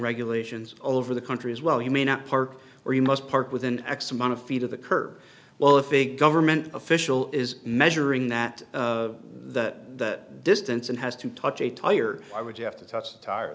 regulations all over the country as well you may not park where you must park within x amount of feet of the curb well if a government official is measuring that that distance and has to touch a tire or would you have to touch a tire